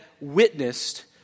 witnessed